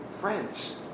friends